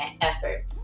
effort